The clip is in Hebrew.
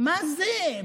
מה זה?